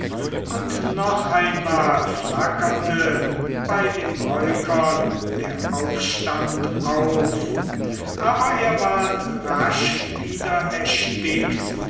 und noch einmal flackerte bei den breukern der aufstand auf aber er ward rasch wieder